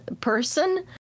person